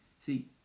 See